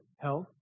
health